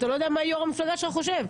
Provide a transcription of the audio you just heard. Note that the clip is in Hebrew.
אתה לא יודע מה יו"ר המפלגה שלך חושב.